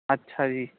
ਅੱਛਾ ਜੀ